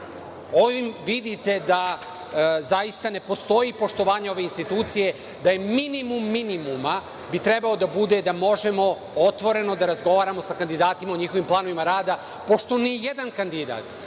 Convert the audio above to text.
Ovim vidite da zaista ne postoji poštovanje ove institucije, da bi minimum minimuma trebao da bude da možemo otvoreno da razgovaramo sa kandidatima o njihovim planovima rada. Pošto ni jedan kandidat